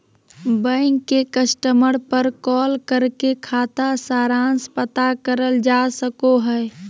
bank के customer पर call करके खाता सारांश पता करल जा सको हय